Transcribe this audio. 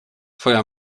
twoja